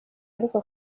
ariko